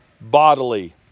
bodily